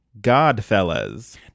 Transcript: Godfellas